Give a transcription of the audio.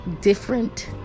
different